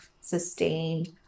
sustained